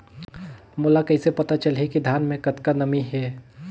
मोला कइसे पता चलही की धान मे कतका नमी हे?